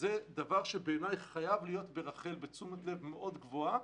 זה דבר שחייב להיות ברח"ל בתשומת לב מאוד גבוהה,